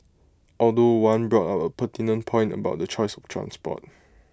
although one brought up A pertinent point about the choice of transport